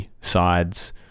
sides